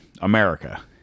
America